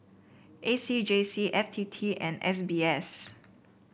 A C J C F T T and S B S